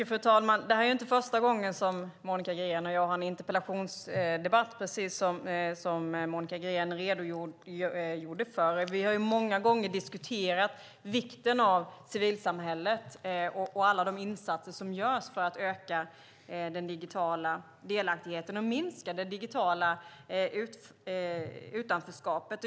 Fru talman! Detta är inte första gången som Monica Green och jag har en interpellationsdebatt, precis som hon redogjorde för. Vi har många gånger diskuterat vikten av civilsamhället och alla de insatser som görs för att öka den digitala delaktigheten och minska det digitala utanförskapet.